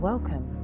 Welcome